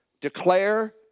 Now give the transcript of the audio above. Declare